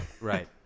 Right